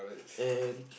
and